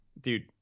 Dude